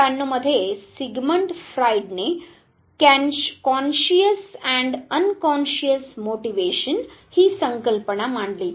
1892 मध्ये सिगमंड फ्रॉइडने conscious and unconscious motivation ही संकल्पना मांडली